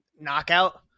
knockout